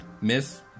Miss